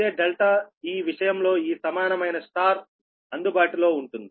ఇదే ∆ ఈ విషయంలో ఈ సమానమైన Yఅందుబాటులో ఉంటుంది